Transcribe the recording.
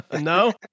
no